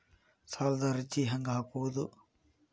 ಸಾಲದ ಅರ್ಜಿ ಹೆಂಗ್ ಹಾಕುವುದು?